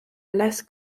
les